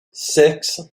six